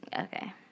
Okay